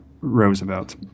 Roosevelt